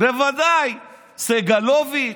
בוודאי סגלוביץ'.